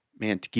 Man